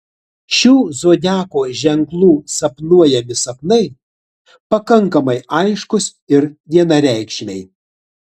šių zodiako ženklų sapnuojami sapnai pakankamai aiškūs ir vienareikšmiai